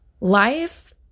Life